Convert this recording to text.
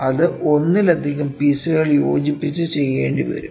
അത് ഒന്നിലധികം പീസുകൾ യോജിപ്പിച്ചു ചെയ്യേണ്ടി വരും